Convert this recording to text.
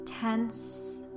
tense